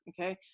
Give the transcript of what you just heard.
okay